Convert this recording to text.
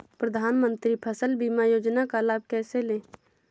प्रधानमंत्री फसल बीमा योजना का लाभ कैसे लें?